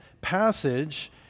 passage